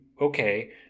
okay